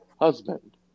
husband